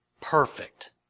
perfect